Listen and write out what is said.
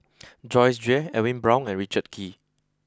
Joyce Jue Edwin Brown and Richard Kee